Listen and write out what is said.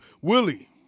Willie